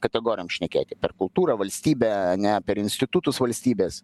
kategorijom šnekėti per kultūrą valstybę ane per institutus valstybės